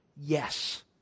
yes